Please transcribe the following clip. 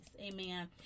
Amen